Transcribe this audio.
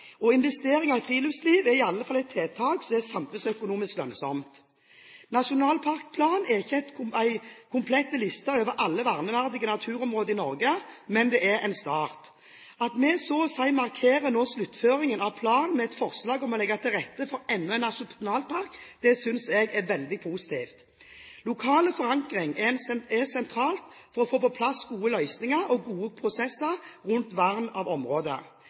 og investering i friluftsliv er i alle fall et tiltak som er samfunnsøkonomisk lønnsomt. Nasjonalparkplanen er ikke en komplett liste over alle verneverdige naturområder i Norge, men det er en start. At vi nå så å si markerer sluttføringen av planen med et forslag om å legge til rette for enda en nasjonalpark, synes jeg er veldig positivt. Lokal forankring er sentralt for å få på plass gode løsninger og gode prosesser rundt vern av områder.